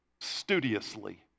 studiously